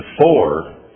four